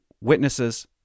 witnesses